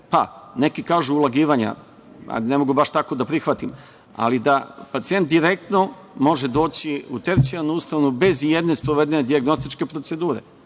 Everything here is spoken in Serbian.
pa neki kažu ulagivanja, hajde ne mogu baš tako da prihvatim, ali da pacijent direktno može doći u tercijalnu ustanovu, bez ijedne sprovedene dijagnostičke procedure.